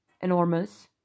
enormous